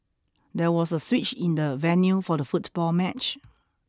there was a switch in the venue for the football match